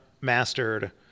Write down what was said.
mastered